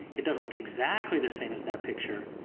it doesn't look exactly the same as that picture,